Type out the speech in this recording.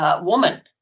woman